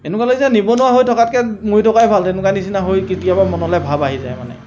এনেকুৱা লাগে যেন নিবনুৱা হৈ থকাতকৈ মৰি থকাই ভাল তেনেকুৱা নিচিনা হৈ কেতিয়াবা মনলৈ ভাব আহি যায় মানে